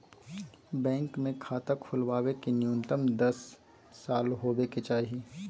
bank मे खाता खोलबावे के न्यूनतम आयु दस साल होबे के चाही